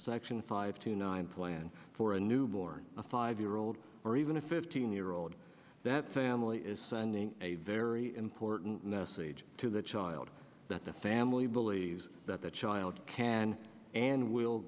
section five to nine plan for a newborn a five year old or even a fifteen year old that family is sending a very important message to the child that the family believes that the child can and w